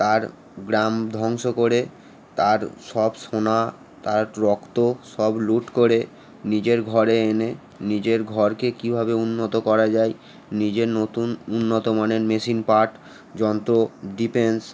তার গ্রাম ধ্বংস করে তার সব সোনা তার রক্ত সব লুঠ করে নিজের ঘরে এনে নিজের ঘরকে কীভাবে উন্নত করা যায় নিজের নতুন উন্নত মানের মেশিন পার্ট যন্ত্র ডিফেন্স